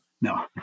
No